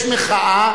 יש מחאה,